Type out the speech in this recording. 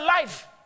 life